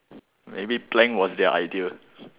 maybe plank was their idea